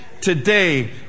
today